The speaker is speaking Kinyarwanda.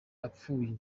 apfuye